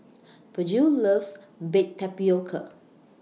Virgil loves Baked Tapioca